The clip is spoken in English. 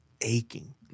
aching